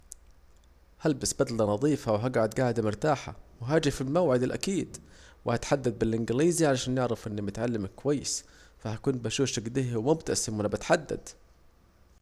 هلبس بدلة نضيفة وهجعد جعدة مرتاحة وهاجي في الموعد الأكيد وهتحدد بالانجليزي، عشان يعرفوا اني متعلم كويس وهكون بشوش اكده ومتبسم وبتحدد